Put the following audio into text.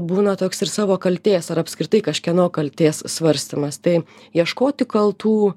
būna toks ir savo kaltės ar apskritai kažkieno kaltės svarstymas tai ieškoti kaltų